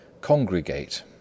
congregate